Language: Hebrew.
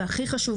והכי חשוב,